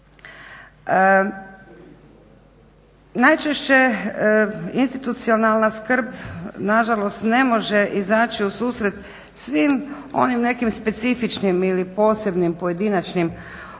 Najčešće institucionalna skrb nažalost ne može izaći u susret svim onim nekim specifičnim ili posebnim pojedinačnim potrebama